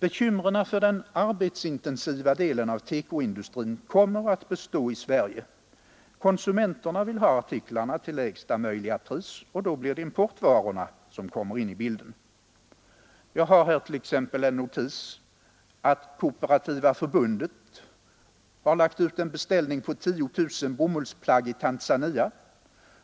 Bekymren för den arbetsintensiva delen av TEKO-industrin kommer att bestå i Sverige. Konsumenterna vill ha artiklarna till lägsta möjliga pris, och då kommer importvarorna in i bilden. Jag har här t.ex. en notis om att Kooperativa förbundet lagt ut en beställning på 10 000 bomullsplagg i Tanzania